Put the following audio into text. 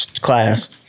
class